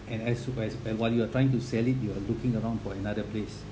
and as while while you are trying to sell it you are looking around for another place